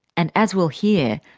and, as we'll hear,